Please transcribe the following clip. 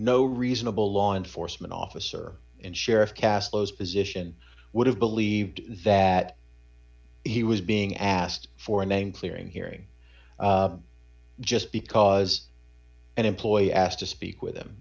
no reasonable law enforcement officer and sheriff castro's position would have believed that he was being asked for a name clearing hearing just because an employee asked to speak with him